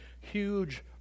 huge